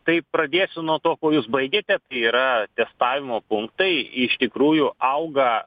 tai pradėsiu nuo to kuo jūs baigėte yra testavimo punktai iš tikrųjų auga